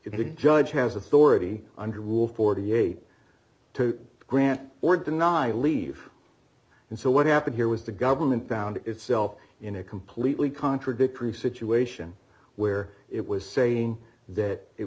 if the judge has authority under rule forty eight dollars to grant or deny leave and so what happened here was the government found itself in a completely contradictory situation where it was saying that it